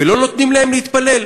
ולא נותנים להם להתפלל.